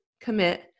commit